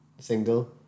single